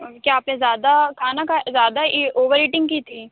کیا آپ نے زیادہ کھانا کھا زیادہ اوور ایٹنگ کی تھی